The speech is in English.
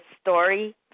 story